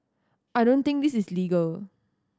I don't think this is legal